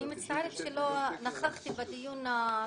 אני מצטערת שלא נכחתי בדיון הקודם,